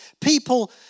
People